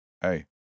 hey